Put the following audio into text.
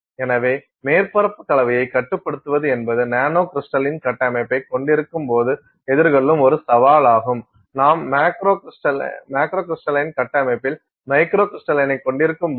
எனவே மேற்பரப்பு கலவையை கட்டுப்படுத்துவது என்பது நானோகிரிஸ்டலின் கட்டமைப்பைக் கொண்டிருக்கும்போது எதிர்கொள்ளும் ஒரு சவாலாகும் நாம் மேக்ரோகிரிஸ்டலின் கட்டமைப்பில் மைக்ரோ கிரிஸ்டலைக் கொண்டிருக்கும்போது